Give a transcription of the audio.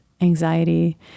anxiety